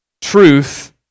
truth